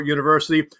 University